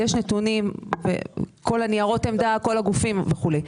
יש נתונים, ניירות העמדה וכולי.